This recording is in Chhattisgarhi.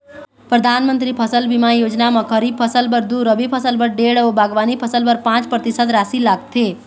परधानमंतरी फसल बीमा योजना म खरीफ फसल बर दू, रबी फसल बर डेढ़ अउ बागबानी फसल बर पाँच परतिसत रासि लागथे